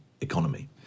economy